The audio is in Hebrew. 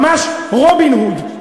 ממש רובין הוד.